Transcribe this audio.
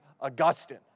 Augustine